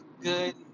good